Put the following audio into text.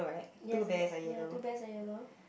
yes the bear~ ya two bears are yellow